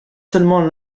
seulement